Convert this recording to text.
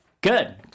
Good